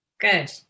good